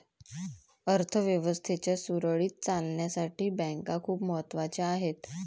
अर्थ व्यवस्थेच्या सुरळीत चालण्यासाठी बँका खूप महत्वाच्या आहेत